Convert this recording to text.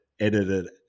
Edited